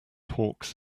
hawks